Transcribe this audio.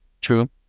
True